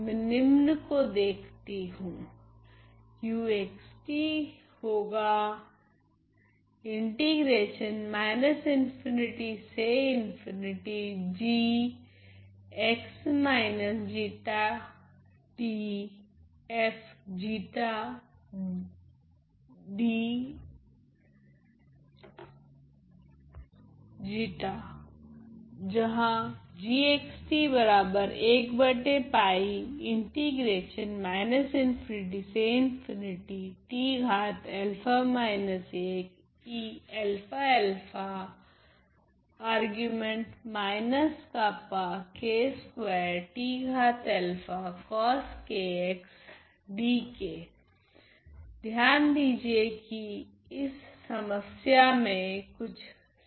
मैं निम्न को देखती हूँ जहां ध्यान दीजिए कि इस समस्या में कुछ सममिति है